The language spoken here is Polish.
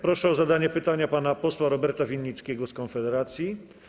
Proszę o zadanie pytania pana posła Roberta Winnickiego z Konfederacji.